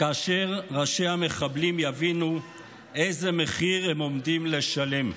כאשר ראשי המחבלים יבינו איזה מחיר הם עומדים לשלם.